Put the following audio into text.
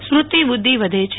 સ્મૃતિ બુધ્ધિ વધે છે